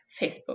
Facebook